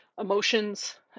emotions